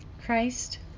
Christ